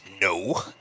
No